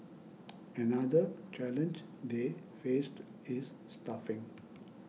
another challenge they faced is staffing